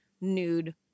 nude